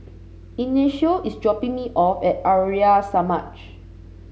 Ignacio is dropping me off at Arya Samaj